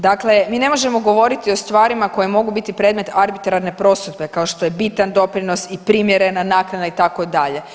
Dakle, mi ne možemo govoriti o stvarima koje mogu biti predmet arbitrarne prosudbe kao što je bitan doprinos i primjerena naknada itd.